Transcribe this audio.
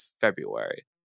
February